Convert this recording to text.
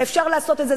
אפשר לעשות את זה,